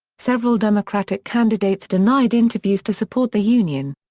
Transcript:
several democratic candidates denied interviews to support the union.